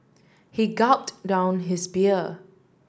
he gulped down his beer